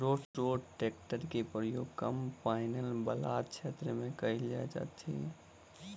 रोटेटरक प्रयोग कम पाइन बला क्षेत्र मे कयल जाइत अछि